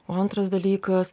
o antras dalykas